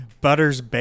Butter's